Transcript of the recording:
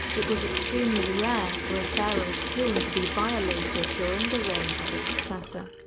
it was extremely rare for a pharaoh's tomb to be violated during the reign of a successor.